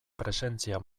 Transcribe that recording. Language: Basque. presentzia